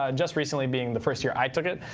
ah just recently being the first year i took it.